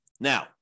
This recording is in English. Now